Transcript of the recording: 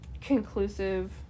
conclusive